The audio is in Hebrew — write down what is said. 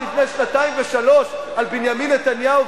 לפני שנתיים ושלוש שנים על בנימין נתניהו,